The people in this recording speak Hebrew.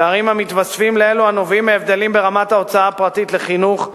פערים המתווספים לאלו הנובעים מהבדלים ברמת ההוצאה הפרטית לחינוך,